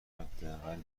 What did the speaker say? حداقل